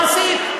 מה עשית?